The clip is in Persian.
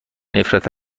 نفرت